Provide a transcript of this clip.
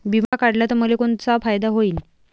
बिमा काढला त मले कोनचा फायदा होईन?